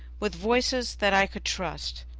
with voices that i could trust.